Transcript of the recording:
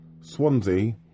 Swansea